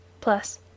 plus